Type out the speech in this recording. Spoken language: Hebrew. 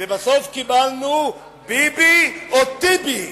ובסוף קיבלנו ביבי או טיבי,